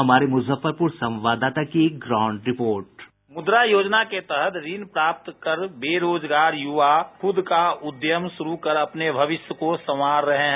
हमारे मुजफ्फरपुर संवाददाता की ग्राउंड रिपोर्ट बाईट संवाददाता मुद्रा योजना के तहत ऋण प्राप्त कर बेरोजगार युवा खुद का उद्यम शुरू कर अपने भविष्य को संवार रहे हैं